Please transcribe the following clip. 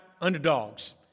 underdogs